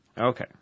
Okay